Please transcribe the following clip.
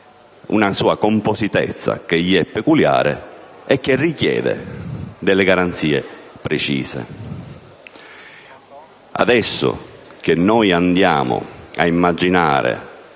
una "compostezza" che gli è peculiare e che richiede delle garanzie precise. Adesso che noi andiamo ad immaginare